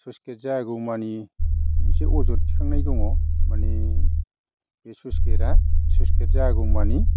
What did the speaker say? sluice gate जायागौ मानि एसे अजद दिखांनाय दङ माने बे स्लुइस गेट आ स्लुइस गेट जायागौ मानि